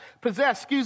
possess